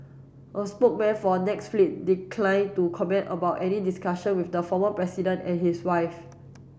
a spokesman for Netflix decline to comment about any discussion with the former president and his wife